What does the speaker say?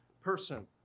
person